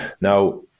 Now